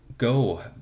go